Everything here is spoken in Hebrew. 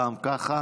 פעם ככה.